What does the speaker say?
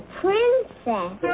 princess